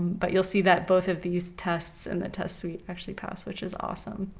but you'll see that both of these tests and the tests we actually passed, which is awesome.